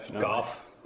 golf